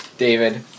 David